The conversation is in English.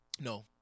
No